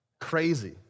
Crazy